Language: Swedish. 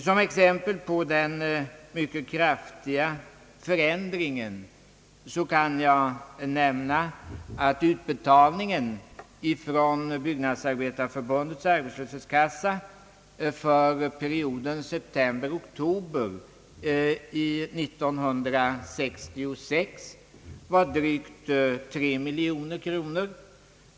Som exempel på den mycket kraftiga förändringen kan jag nämna att utbetalningen från byggnadsarbetarförbundets = arbetslöshetskassa för perioden september—oktober 1966 var drygt 3 miljoner kronor.